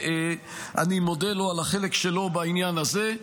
ואני מודה לו על החלק שלו בעניין הזה.